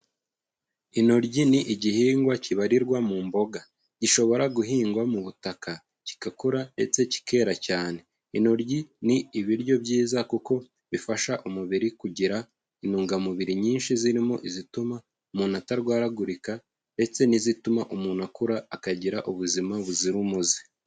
Intoryi ni igihingwa kibarirwa mu mboga, gishobora guhingwa mu butaka, kigakura ndetse kikera cyane, intoryi ni ibiryo byiza kuko bifasha umubiri kugira intungamubiri nyinshi zirimo izituma umuntu atarwaragurika ndetse n'izituma umuntu akura akagira ubuzima buzira umuze.